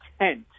intent